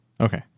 Okay